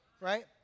Right